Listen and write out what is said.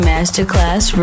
Masterclass